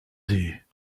des